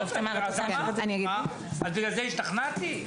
אז בגלל זה השתכנעתי?